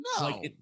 No